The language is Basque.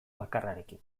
bakarrarekin